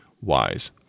wise